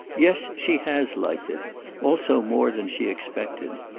yes, she has liked it also more than she expected.